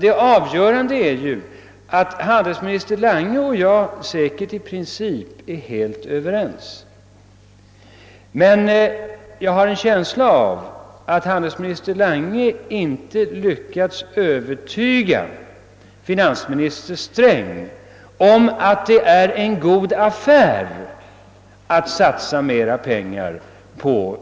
Det avgörande är att handelsminister Lange och jag säkert är helt ense i princip, men jag har en känsla av att handelsministern inte har lyckats övertyga finansminister Sträng om att det är god affär att satsa mera pengar på